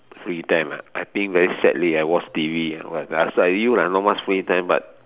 free time ah I think very sadly I watch T_V ya but is like you lah not much free time what